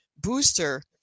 booster